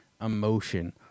emotion